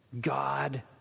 God